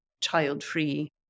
child-free